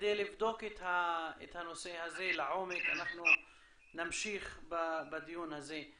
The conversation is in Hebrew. כדי לבדוק את הנושא הזה לעומק אנחנו נמשיך בדיון הזה.